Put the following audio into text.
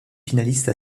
finaliste